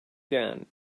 dan